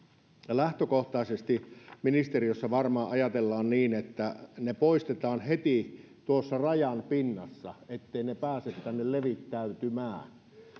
lähtökohtaisesti ministeriössä varmaan ajatellaan niin että ne poistetaan heti tuossa rajan pinnassa etteivät ne pääse tänne levittäytymään